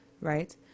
right